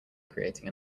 creating